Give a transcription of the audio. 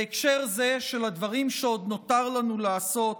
בהקשר זה של הדברים שעוד נותר לנו לעשות,